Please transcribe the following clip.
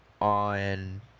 on